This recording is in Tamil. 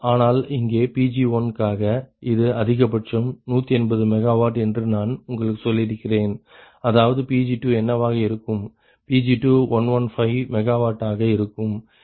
ஆனால் இங்கே Pg1 காக இது அதிகபட்சம் 180 MWஎன்று நான் உங்களுக்கு சொல்கிறேன் அதாவது Pg2 என்னவாக இருக்கும் Pg2 115 MW ஆகா இருக்கும் ஏனெனில் 73